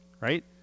right